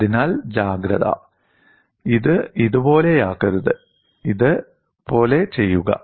അതിനാൽ ജാഗ്രത ഇത് ഇതുപോലെയാക്കരുത് ഇത് പോലെ ചെയ്യുക